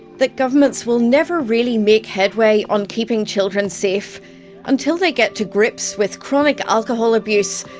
that governments will never really make headway on keeping children safe until they get to grips with chronic alcohol abuse,